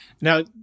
Now